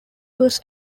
was